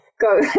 go